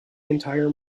entire